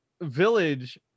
village